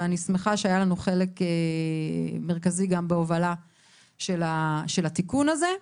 ואני שמחה שהיה לנו חלק מרכזי גם בהובלה של התיקון הזה.